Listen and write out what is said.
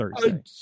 thursday